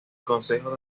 consejo